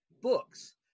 books